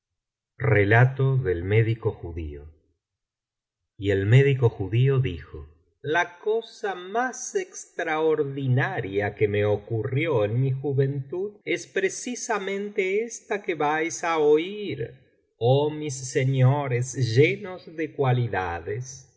y el médico judío dijo o relato del me'dico judío o la cosa más extraordinaria que me ocurrió en mi juventud es precisamente esta que vais á oir oh mis señores llenos de cualidades